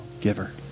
giver